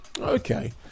Okay